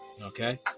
Okay